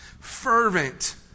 Fervent